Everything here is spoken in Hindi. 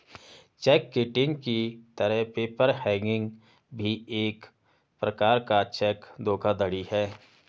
चेक किटिंग की तरह पेपर हैंगिंग भी एक प्रकार का चेक धोखाधड़ी है